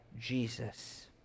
Jesus